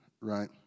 right